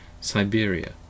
Siberia